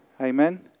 Amen